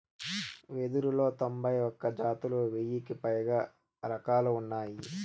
వెదురులో తొంభై ఒక్క జాతులు, వెయ్యికి పైగా రకాలు ఉన్నాయి